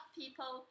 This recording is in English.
people